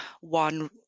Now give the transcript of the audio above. one